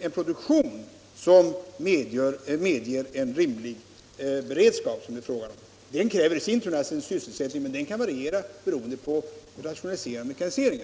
en produktion som medger en rimlig beredskap. Den kräver i sin tur en sysselsättning, men den kan variera beroende på rationalisering och mekanisering.